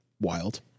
Wild